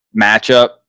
matchup